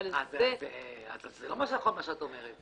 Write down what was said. אבל זה לא נכון מה שאת אומרת.